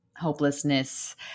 hopelessness